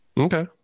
okay